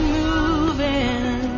moving